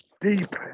deep